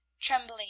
Trembling